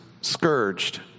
scourged